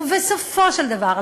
ובסופו של דבר,